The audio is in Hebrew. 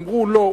אמרו: לא,